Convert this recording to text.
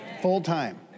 Full-time